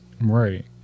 Right